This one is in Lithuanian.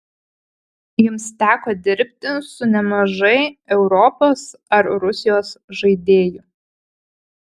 jums teko dirbti su nemažai europos ar rusijos žaidėjų